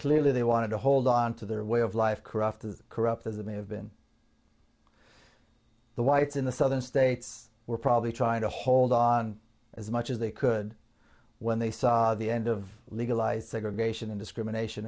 clearly they wanted to hold on to their way of life corrupt as corrupt as it may have been the whites in the southern states were probably trying to hold on as much as they could when they saw the end of legalized segregation and discrimination